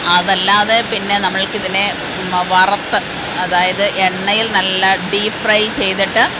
അതല്ലാതെ പിന്നെ നമ്മൾക്കിതിനെ വറത്ത് അതായത് എണ്ണയിൽ നല്ല ഡീപ് ഫ്രൈ ചെയ്തിട്ട്